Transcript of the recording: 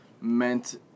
meant